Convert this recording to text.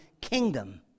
kingdom